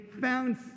found